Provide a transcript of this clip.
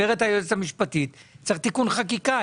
אומרת היועצת המשפטית שצריך תיקון חקיקה.